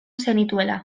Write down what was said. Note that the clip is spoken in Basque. zenituela